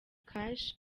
cash